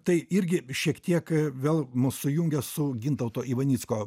tai irgi šiek tiek vėl mus sujungia su gintauto ivanicko